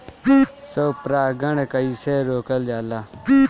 स्व परागण कइसे रोकल जाला?